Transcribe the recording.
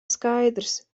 skaidrs